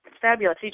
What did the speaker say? Fabulous